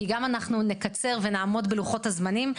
כי גם אנחנו נקצר ונעמוד בלוחות הזמנים,